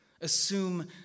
Assume